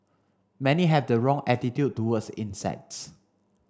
many have the wrong attitude towards insects